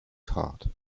card